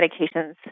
medications